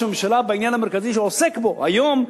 הממשלה בעניין המרכזי שהוא עוסק בו היום,